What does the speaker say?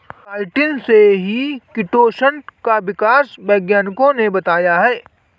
chitin से ही chitosan का विकास वैज्ञानिकों ने बताया है